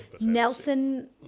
nelson